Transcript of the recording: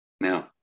Now